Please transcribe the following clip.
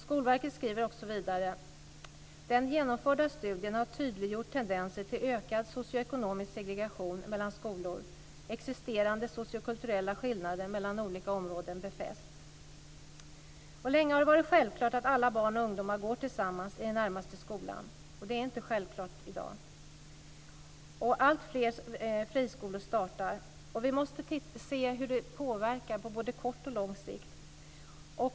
Skolverket skriver vidare: Den genomförda studien har tydliggjort tendenser till ökad socioekonomisk segregation mellan skolor. Existerande sociokulturella skillnader mellan olika områden befästs. Länge har det varit självklart att alla barn och ungdomar går tillsammans i den närmaste skolan. Det är inte självklart i dag. Alltfler friskolor startar. Vi måste se hur detta påverkar på både kort och lång sikt.